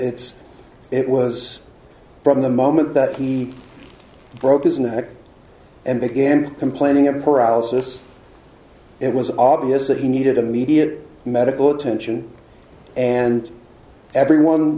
it's it was from the moment that he broke his neck and began complaining of paralysis it was obvious that he needed immediate medical attention and everyone